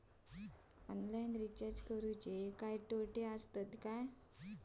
Online recharge करुचे काय तोटे आसत काय?